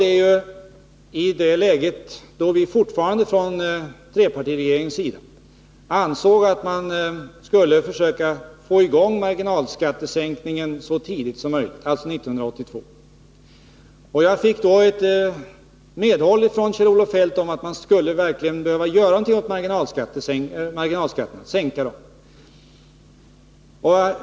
Det var i det läge då vi fortfarande från trepartiregeringens sida ansåg att man skulle försöka få i gång marginalskattesänkningen så tidigt som möjligt, alltså 1982. Och jag fick då medhåll av Kjell-Olof Feldt att man verkligen skulle behöva göra något åt marginalskatterna— man skulle sänka dem.